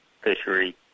fishery